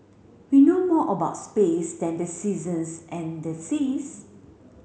we know more about space than the seasons and the seas